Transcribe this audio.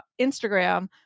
Instagram